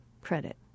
credit